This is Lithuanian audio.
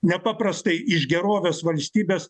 nepaprastai iš gerovės valstybės